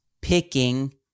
picking